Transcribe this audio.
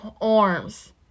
arms